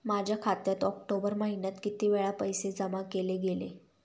माझ्या खात्यात ऑक्टोबर महिन्यात किती वेळा पैसे जमा केले गेले?